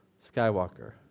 Skywalker